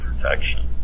protection